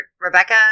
Rebecca